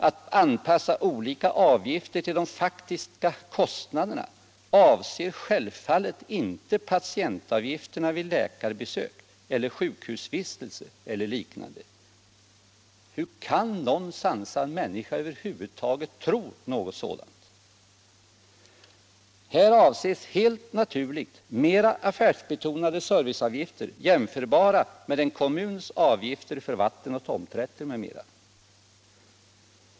Att anpassa olika avgifter till de faktiska kostnaderna avser självfallet inte patientavgifterna vid läkarbesök, sjukhusvistelse eller liknande. Hur kan någon sansad människa över huvud taget tro något sådant? Här avses helt naturligt mera affärsbetonade serviceavgifter, jämförbara med en kommuns avgifter för vatten och tomträtter m.m.